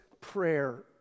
prayer